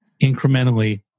incrementally